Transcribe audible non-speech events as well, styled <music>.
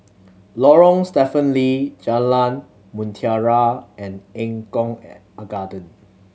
Lorong Stephen Lee Jalan Mutiara and Eng Kong <unintelligible> Garden